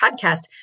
podcast